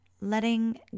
letting